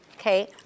okay